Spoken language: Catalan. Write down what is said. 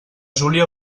júlia